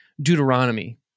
Deuteronomy